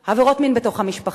על מקרה של עבירות מין בתוך המשפחה.